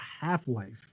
Half-Life